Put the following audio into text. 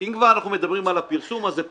אם כבר אנחנו מדברים על הפרסום, אז זה פרסום.